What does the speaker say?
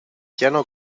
llano